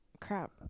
Crap